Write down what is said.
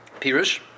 Pirush